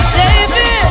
baby